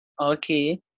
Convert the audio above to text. Okay